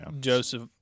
Joseph